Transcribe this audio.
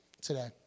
today